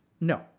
No